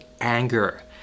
anger